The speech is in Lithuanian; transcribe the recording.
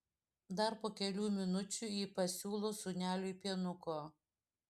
dar po kelių minučių ji pasiūlo sūneliui pienuko